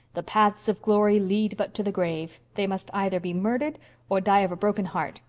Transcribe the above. the paths of glory lead but to the grave they must either be murdered or die of a broken heart.